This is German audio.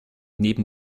neben